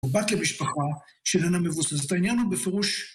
או בת למשפחה אשר איננה מבוססת. העניין הוא בפירוש...